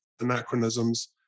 Anachronisms